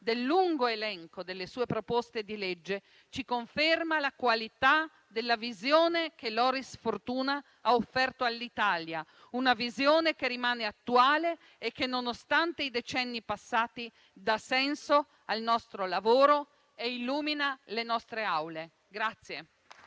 del lungo elenco delle sue proposte di legge ci conferma la qualità della visione che Loris Fortuna ha offerto all'Italia, una visione che rimane attuale e che, nonostante i decenni passati, dà senso al nostro lavoro e illumina le nostre Aule.